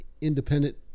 independent